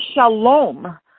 shalom